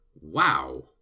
wow